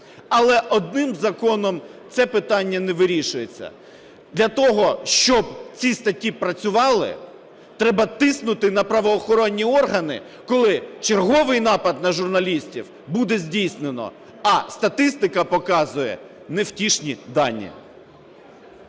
але одним законом це питання не вирішується. Для того, щоб ці статті працювали, треба тиснути на правоохоронні органи, коли черговий напад на журналістів буде здійснено, а статистика показує невтішні дані.